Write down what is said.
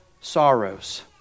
sorrows